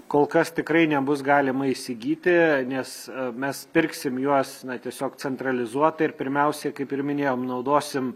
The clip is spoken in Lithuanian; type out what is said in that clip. kol kas tikrai nebus galima įsigyti nes mes pirksim juos na tiesiog centralizuotai ir pirmiausiai kaip ir minėjom naudosim